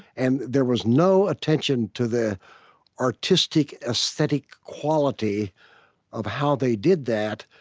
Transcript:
and there was no attention to the artistic, aesthetic quality of how they did that.